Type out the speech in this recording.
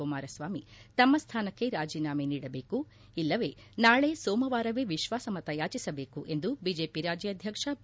ಕುಮಾರಸ್ವಾಮಿ ತಮ್ಮ ಸ್ಥಾನಕ್ಕೆ ರಾಜೀನಾಮೆ ನೀಡಬೇಕು ಇಲ್ಲವೆ ನಾಳಿ ಸೋಮವಾರವೇ ವಿಶ್ವಾಸಮತ ಯಾಚಿಸಬೇಕು ಎಂದು ಬಿಜೆಪಿ ರಾಜ್ಯಾಧ್ಯಕ್ಷ ಬಿ